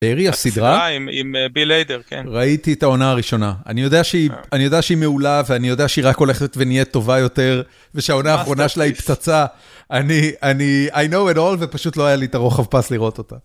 בארי הסדרה? הסדרה עם ביל היידר, כן. ראיתי את העונה הראשונה. אני יודע שהיא מעולה ואני יודע שהיא רק הולכת ונהיית טובה יותר, ושהעונה האחרונה שלה היא פצצה, אני, אני, I know it all ופשוט לא היה לי את הרוחב פס לראות אותה.